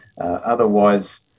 Otherwise